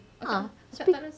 ah tapi